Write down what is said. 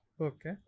Okay